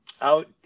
out